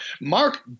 Mark